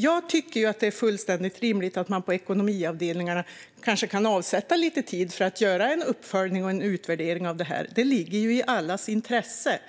Jag tycker att det är fullständigt rimligt att man på ekonomiavdelningarna kanske kan avsätta lite tid för att göra en uppföljning och en utvärdering av det här. Det ligger ju i allas intresse.